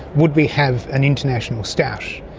would we have an international stoush?